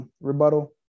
rebuttal